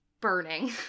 burning